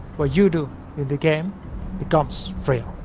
what you do in the game becomes real.